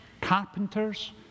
carpenters